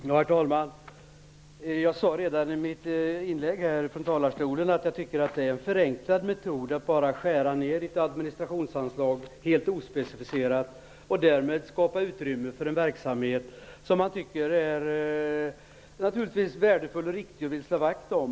Herr talman! Jag sade redan i mitt huvudanförande att jag tycker att det är en förenklad metod att bara helt ospecificerat skära ned ett administrationsanslag och därmed skapa utrymme för en verksamhet som man anser vara värdefull och viktig och därför vill slå vakt om.